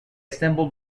assembled